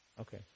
Okay